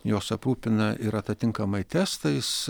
jos aprūpina ir atitinkamai testais